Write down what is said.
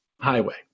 highway